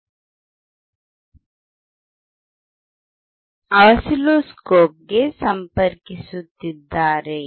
input ಮತ್ತು ಔಟ್ಪುಟ್ಗೆ ಏನಾಗುತ್ತದೆ ಎಂಬುದನ್ನು ಅರ್ಥಮಾಡಿಕೊಳ್ಳಲು ಅವರು ಫನ್ಕ್ಷನ್ ಜನರೇಟರ್ ನಿಂದ ಆಸಿಲ್ಲೋಸ್ಕೋಪ್ಗೆ ಇನ್ಪುಟ್ ಅನ್ನು ಸಂಪರ್ಕಿಸುತ್ತಿದ್ದಾರೆ